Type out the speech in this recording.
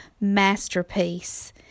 masterpiece